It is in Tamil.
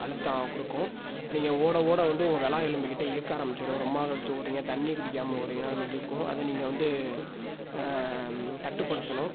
அழுத்தம் கொடுக்கும் நீங்கள் ஓட ஓட வந்து உங்கள் விலா எலும்புக்கிட்ட இழுக்க ஆரமிச்சிரும் ரொம்ப நாள் கழிச்சி ஓடுறீங்க தண்ணி குடிக்காமல் ஓடுறீங்கன்னா அது மாரி இழுக்கும் அதை நீங்கள் வந்து கட்டுப்படுத்தணும்